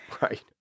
Right